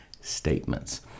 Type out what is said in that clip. statements